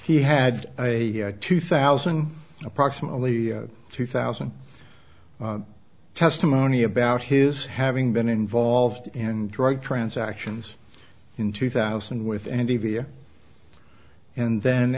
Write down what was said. he had a two thousand approximately two thousand testimony about his having been involved in drug transactions in two thousand with m t v and then